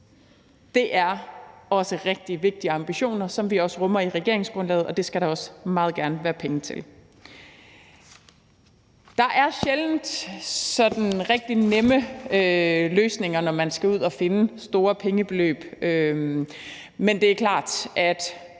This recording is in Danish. det, er også rigtig vigtige ambitioner, som vi også rummer i regeringsgrundlaget, og det skal der også meget gerne være penge til. Der er sjældent nogen sådan rigtig nemme løsninger, når man skal ud at finde store pengebeløb, men det er klart, at